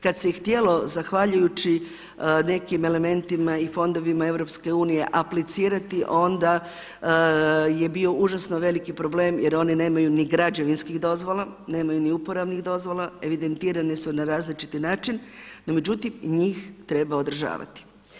Kada se i htjelo zahvaljujući nekim elementima i fondovima EU aplicirati onda je bio užasno veliki problem jer oni nemaju ni građevinskih dozvola nemaju ni uporabnih dozvola, evidentirane su na različiti način no njih treba održavati.